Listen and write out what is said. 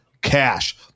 cash